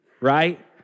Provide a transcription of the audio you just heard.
right